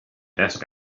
desk